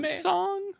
song